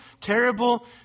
terrible